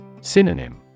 Synonym